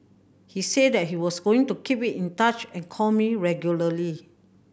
he said that he was going to keep it in touch and call me regularly